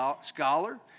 scholar